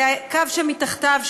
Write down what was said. זה הקו שמתחתיו,